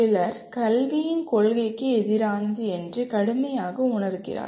சிலர் கல்வியின் கொள்கைக்கு எதிரானது என்று கடுமையாக உணர்கிறார்கள்